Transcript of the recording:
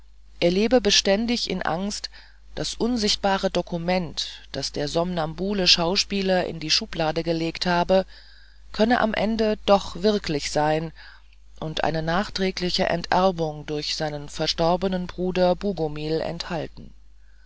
er lebe beständig in angst das unsichtbare dokument das der somnambule schauspieler in die schublade gelegt habe könne am ende doch wirklich sein und eine nachträgliche enterbung durch seinen verstorbenen bruder bogumil enthalten